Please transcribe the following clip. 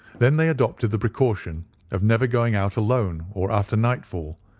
then they adopted the precaution of never going out alone or after nightfall,